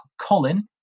Colin